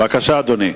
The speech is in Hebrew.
בבקשה, אדוני.